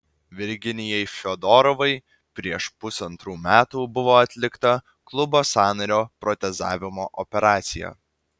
virginijai fiodorovai prieš pusantrų metų buvo atlikta klubo sąnario protezavimo operacija